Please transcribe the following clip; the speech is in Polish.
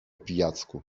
pijacku